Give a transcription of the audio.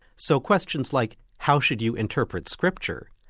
so questions like how should you interpret scripture,